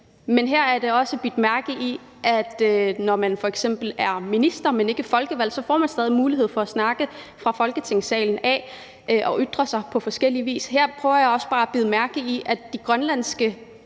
Men her har jeg også bidt mærke i, at når man f.eks. er minister, men ikke folkevalgt, så får man stadig mulighed for at snakke fra Folketingssalen og ytre sig på forskellig vis. Her prøver jeg bare at gøre opmærksom på, at de grønlandske